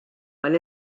mal